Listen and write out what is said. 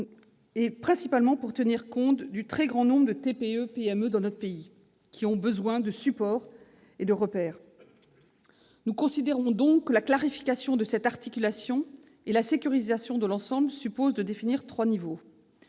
principalement pour tenir compte du très grand nombre de TPE-PME dans notre pays, lesquelles ont besoin de supports et de repères. Nous considérons que la clarification de cette articulation et la sécurisation de l'ensemble supposent de définir trois niveaux.